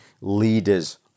Leaders